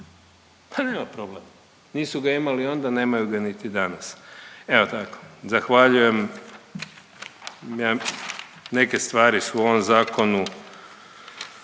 Pa nema problema, nisu ga imali onda, nemaju ga niti danas. Evo tako, zahvaljujem. Neke stvari su u ovom zakonu